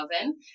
oven